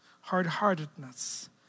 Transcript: hard-heartedness